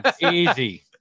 easy